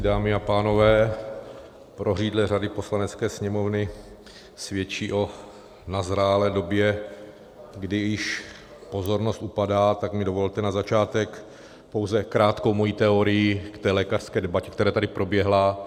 Dámy a pánové, prořídlé řady Poslanecké sněmovny svědčí o nazrálé době, kdy již pozornost upadá, tak mi dovolte na začátek pouze krátkou moji teorii k té lékařské debatě, která tady proběhla.